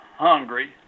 hungry